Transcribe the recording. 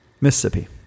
Mississippi